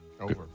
Over